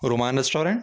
Roman restaurant